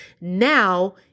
now